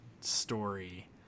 story